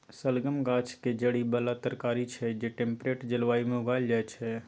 शलगम गाछक जड़ि बला तरकारी छै जे टेम्परेट जलबायु मे उगाएल जाइ छै